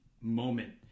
moment